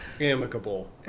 amicable